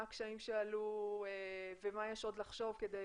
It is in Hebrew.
מה הקשיים שעלו ומה יש עוד לחשוב כדי